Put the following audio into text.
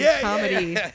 comedy